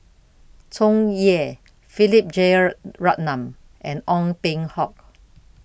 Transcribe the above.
Tsung Yeh Philip Jeyaretnam and Ong Peng Hock